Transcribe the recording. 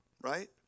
Right